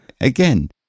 Again